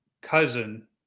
cousin